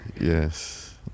Yes